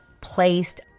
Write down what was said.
placed